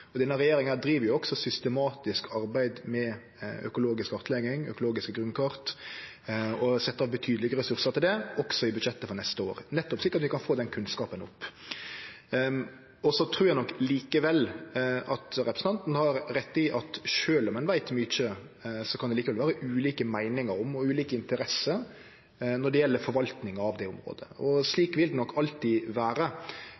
Denne regjeringa driv jo også systematisk arbeid med økologisk kartlegging, økologiske grunnkart, og har sett av betydelege ressursar til det også i budsjettet for neste år, nettopp slik at vi kan få den kunnskapen opp. Så trur eg nok at representanten har rett i at sjølv om ein veit mykje, kan det likevel vere ulike meiningar og ulike interesser når det gjeld forvaltninga av det området, og